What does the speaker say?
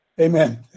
Amen